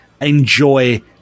enjoy